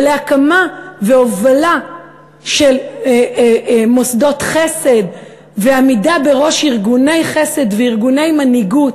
ולהקמה והובלה של מוסדות חסד ועמידה בראש ארגוני חסד וארגוני מנהיגות.